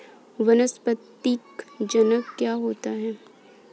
वानस्पतिक जनन क्या होता है?